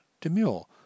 demure